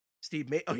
steve